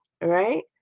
right